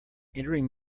entering